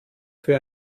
für